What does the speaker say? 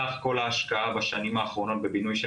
סך כל ההשקעה בשנים האחרונות בבינוי של